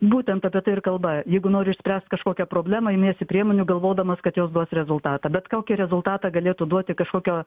būtent apie tai ir kalba jeigu nori išspręst kažkokią problemą imiesi priemonių galvodamas kad jos duos rezultatą bet kokį rezultatą galėtų duoti kažkokio